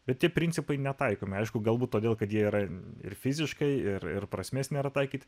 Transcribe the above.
bet tie principai netaikomi aišku galbūt todėl kad jie yra ir fiziškai ir ir prasmės nėra taikyti